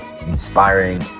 inspiring